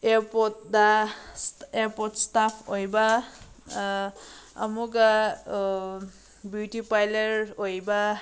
ꯑꯦꯌꯥꯔꯄꯣꯔꯠꯇ airport ꯏꯁꯇꯥꯐ ꯑꯣꯏꯕ ꯑꯃꯨꯛꯀ ꯕ꯭ꯌꯨꯇꯤ ꯄꯂꯔ ꯑꯣꯏꯕ